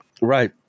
Right